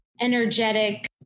energetic